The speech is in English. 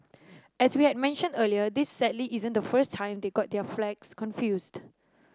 as we had mentioned earlier this sadly isn't the first time they got their flags confused